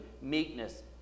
meekness